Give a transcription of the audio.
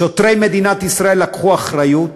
שוטרי מדינת ישראל לקחו אחריות,